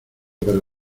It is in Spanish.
para